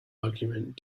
argument